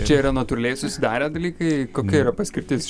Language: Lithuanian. čia yra natūraliai susidarę dalykai kokia yra paskirtis